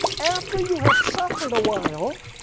after you have suffered awhile,